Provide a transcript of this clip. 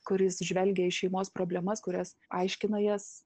kuris žvelgia į šeimos problemas kurias aiškina jas